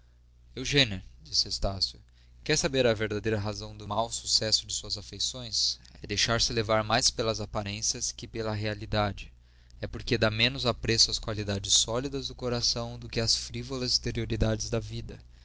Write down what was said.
eugênia disse estácio quer saber a verdadeira razão do mau sucesso de suas afeições e deixar-se levar mais pelas aparências que pela realidade é porque dá menos apreço às qualidades sólidas do coração do que às frívolas exterioridades da vida